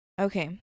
Okay